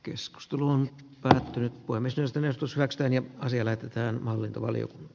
keskustelu on päättynyt voimme syystä myös kysyäkseni asia lähetetään hallintovalio